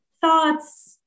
thoughts